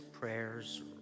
prayers